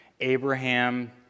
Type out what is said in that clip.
Abraham